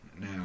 Now